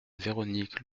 véronique